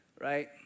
right